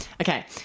Okay